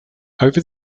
over